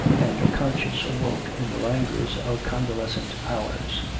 and conscience awoke in the languors of convalescent hours.